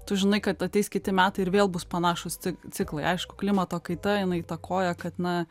tu žinai kad ateis kiti metai ir vėl bus panašūs cik ciklai aišku klimato kaita jinai įtakoja kad na